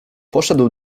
poszedł